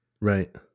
right